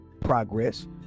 progress